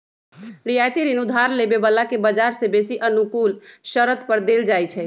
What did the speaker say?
रियायती ऋण उधार लेबे बला के बजार से बेशी अनुकूल शरत पर देल जाइ छइ